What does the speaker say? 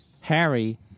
Harry